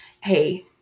Hey